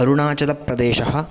अरुणाचलप्रदेशः